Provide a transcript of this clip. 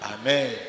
Amen